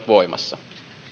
voimassa